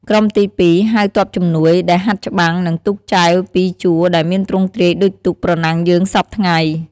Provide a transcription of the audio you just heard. ក្រុមទី២ ហៅ ទ័ពជំនួយ ដែលហាត់ច្បាំង និងទូកចែវពីរជួរដែលមានទ្រង់ទ្រាយដូចទូក ប្រណាំងយើងសព្វថ្ងៃ។